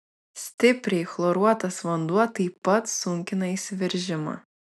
stipriai chloruotas vanduo taip pat sunkina įsiveržimą